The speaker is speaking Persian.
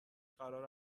قرار